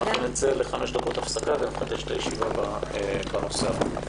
הישיבה נעולה.